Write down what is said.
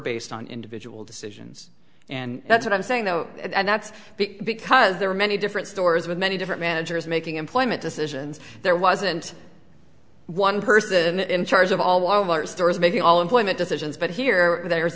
based on individual decisions and that's what i'm saying though and that's because there are many different stores with many different managers making employment decisions there wasn't one person in charge of all wal mart stores making all employment decisions but here there